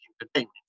entertainment